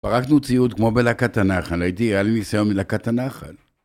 פרקנו ציוד כמו בלהקת הנחל, היה לי נסיון מלהקת הנחל.